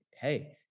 hey